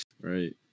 Right